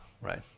right